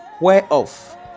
whereof